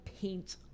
paint